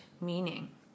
meaning